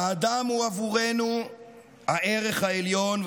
האדם הוא עבורנו הערך העליון,